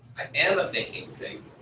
am a thinking thing.